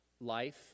Life